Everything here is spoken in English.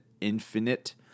infinite